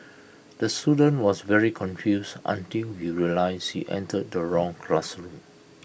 the student was very confused until he realised he entered the wrong classroom